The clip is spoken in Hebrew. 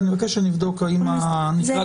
אני מבקש לבדוק האם המנגנונים